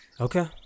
Okay